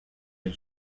les